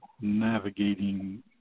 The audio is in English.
navigating